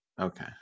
Okay